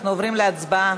אנחנו עוברים להצבעה.